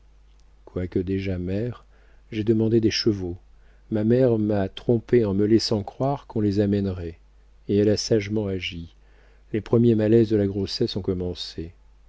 quoique déjà mère j'ai demandé des chevaux ma mère m'a trompée en me laissant croire qu'on les amènerait et elle a sagement agi les premiers malaises de la grossesse ont commencé